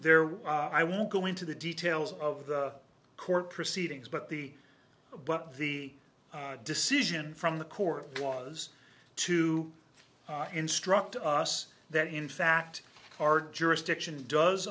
there were i won't go into the details of the court proceedings but the but the decision from the court was to instruct us that in fact our jurisdiction does